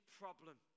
problem